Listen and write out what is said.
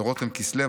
לרותם כסלו,